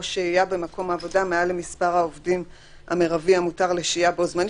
שהייה במקום העבודה מעל למספר העובדים המרבי המותר לשהייה בו זמנית,